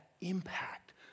impact